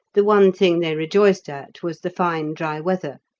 the one thing they rejoiced at was the fine dry weather,